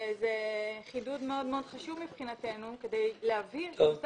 זה חידוד מאוד מאוד חשוב מבחינתנו כדי להבין שנושא